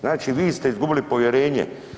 Znači vi ste izgubili povjerenje.